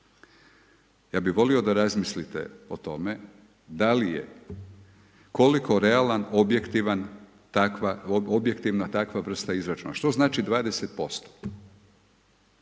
Ja bi volio da razmislite o tome da li je, koliko realna, objektivna takva vrsta izračuna. Što znači 20%?